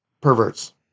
perverts